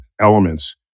elements